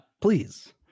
Please